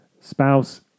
spouse